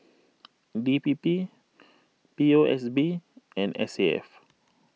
D P P O S B and S A F